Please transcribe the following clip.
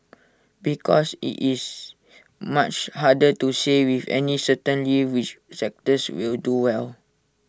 because IT is much harder to say with any certainty which sectors will do well